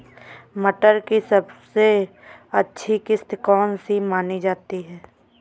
मटर की सबसे अच्छी किश्त कौन सी मानी जाती है?